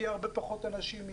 יהיו הרבה פחות אנשים.